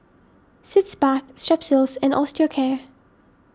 Sitz Bath Strepsils and Osteocare